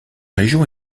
région